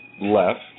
left